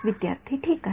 विद्यार्थी ठीक आहे